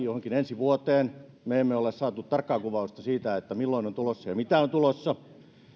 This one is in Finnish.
johonkin ensi vuoteen me emme ole saaneet tarkkaa kuvausta siitä milloin on tulossa ja mitä on tulossa